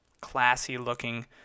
classy-looking